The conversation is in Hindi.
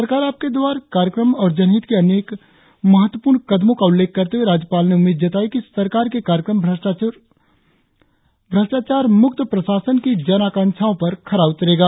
सरकार आपके द्वार कार्यक्रम और जनहित के अनेक महत्वपूर्ण कदमो का उल्लेख करते हुए राज्यपाल ने उम्मीद जताई की सरकार के कार्यक्रम भ्रष्टाचार मुक्त प्रशासन की जनआकाक्षाओ पर खरा उतरेगा